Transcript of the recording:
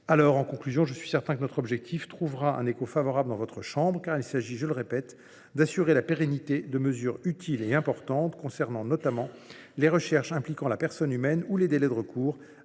affaires sociales. Je suis certain que notre objectif trouvera un écho favorable dans votre chambre, car, je le répète, il s’agit d’assurer la pérennité de mesures utiles et importantes concernant notamment les recherches impliquant la personne humaine ou les délais de recours